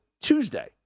Tuesday